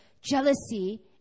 jealousy